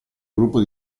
gruppo